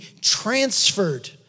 transferred